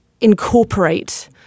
incorporate